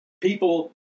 people